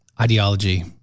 ideology